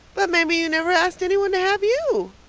but maybe you never asked anybody to have you,